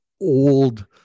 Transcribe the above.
old